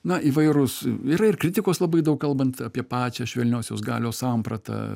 na įvairūs yra ir kritikos labai daug kalbant apie pačią švelniosios galios sampratą